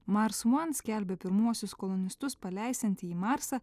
mars one skelbia pirmuosius kolonistus paleisianti į marsą